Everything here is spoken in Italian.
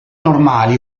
normali